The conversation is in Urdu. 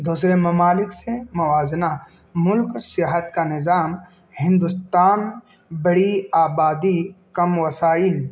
دوسرے ممالک سے موازنہ ملک صحت کا نظام ہندوستان بڑی آبادی کم وسائل